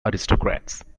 aristocrats